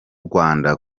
rwanda